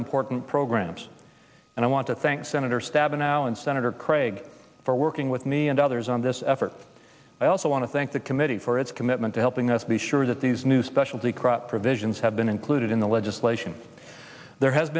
important programs and i want to thank senator stabenow and senator craig for working with me and others on this effort i also want to thank the committee for its commitment to helping us be sure that these new specialty crops provisions have been included in the legislation there has